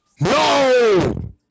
No